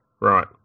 right